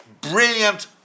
Brilliant